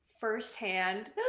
firsthand